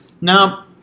Now